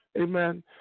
Amen